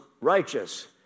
righteous